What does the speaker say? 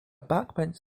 backbench